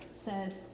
says